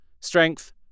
strength